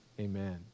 Amen